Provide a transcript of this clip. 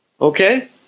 Okay